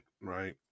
right